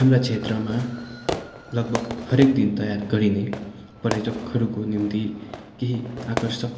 हाम्रो क्षेत्रमा लगभग हरएक दिन तयार गरिने पर्यटकहरूको निम्ति केही आकर्षक